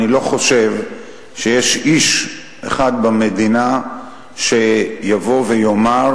אני לא חושב שיש איש אחד במדינה שיבוא ויאמר